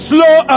Slow